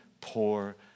poor